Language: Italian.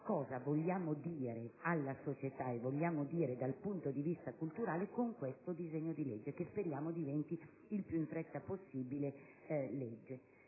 cosa vogliamo dire alla società dal punto di vista culturale con questo provvedimento, che speriamo diventi il più in fretta possibile legge.